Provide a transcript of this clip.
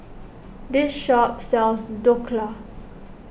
this shop sells Dhokla